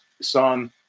son